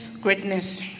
greatness